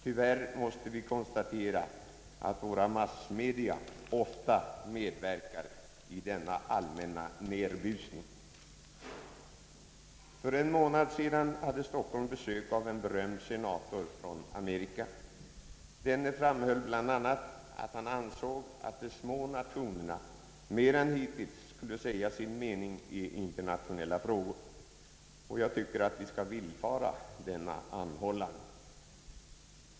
Tyvärr måste vi konstatera, att våra massmedia ofta medverkar i denna allmänna nedbusning. För en månad sedan hade Stockholm besök av en berömd senator från Amerika. Denne framhöll bl.a. att de små nationerna mer än hitintills borde säga sin mening i internationella frågor. Jag tycker att vi skall villfara denna anhållan.